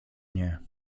nie